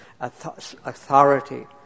authority